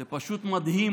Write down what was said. זה פשוט מדהים,